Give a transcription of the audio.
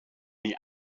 the